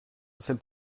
cette